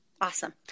Awesome